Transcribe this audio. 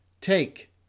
Take